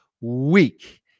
week